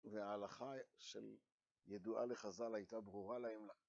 וההלכה שידועה לחז"ל הייתה ברורה להם